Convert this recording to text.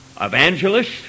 Evangelists